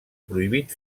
prohibit